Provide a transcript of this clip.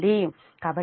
కాబట్టి Pi0 0